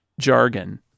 jargon